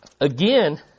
again